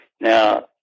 Now